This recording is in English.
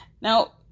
Now